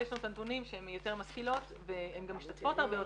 אבל יש לנו את הנתונים שהן יותר משכילות והן גם משתתפות הרבה יותר.